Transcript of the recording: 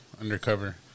undercover